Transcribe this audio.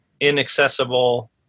inaccessible